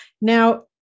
now